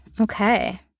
Okay